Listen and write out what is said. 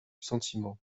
sentiment